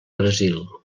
brasil